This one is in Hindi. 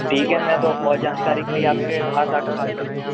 ठीक है मैं तो और जानकारी के लिए आपके पास आ कर बात करता हूँ